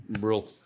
real